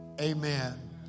amen